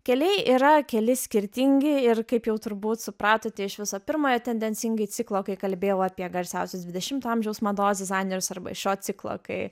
keliai yra keli skirtingi ir kaip jau turbūt supratote iš viso pirmojo tendencingai ciklo kai kalbėjau apie garsiausius dvidešimto amžiaus mados dizainerius arba iš šio ciklo kai